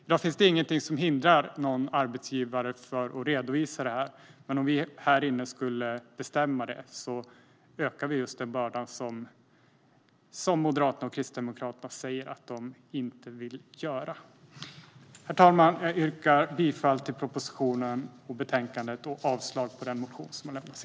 I dag finns det ingenting som hindrar någon arbetsgivare från att redovisa detta, men om vi här inne skulle bestämma det ökar vi den börda som Moderaterna och Kristdemokraterna säger att de inte vill öka. Herr talman! Jag yrkar bifall till propositionens och utskottets förslag och avslag på den motion som har väckts.